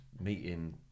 meeting